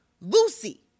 Lucy